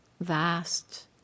vast